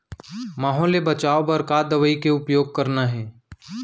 माहो ले बचाओ बर का दवई के उपयोग करना हे?